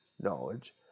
knowledge